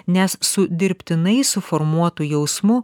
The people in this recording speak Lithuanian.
nes su dirbtinai suformuotu jausmu